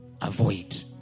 Avoid